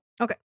Okay